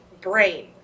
brain